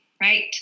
right